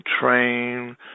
Train